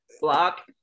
Block